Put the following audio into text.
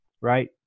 right